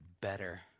better